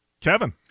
Kevin